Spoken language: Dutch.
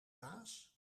baas